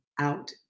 out